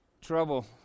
Trouble